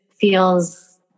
feels